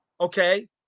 okay